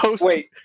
wait